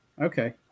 Okay